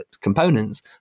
components